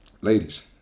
Ladies